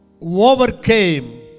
overcame